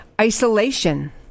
isolation